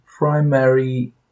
primary